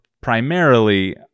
primarily